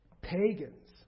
pagans